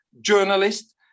journalist